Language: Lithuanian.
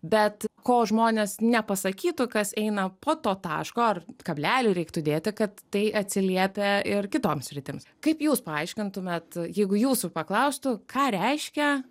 bet ko žmonės nepasakytų kas eina po to taško ar kablelį reiktų dėti kad tai atsiliepia ir kitoms sritims kaip jūs paaiškintumėt jeigu jūsų paklaustų ką reiškia